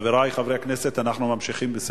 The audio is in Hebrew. חברי חברי הכנסת, אנחנו ממשיכים כמובן